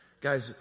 Guys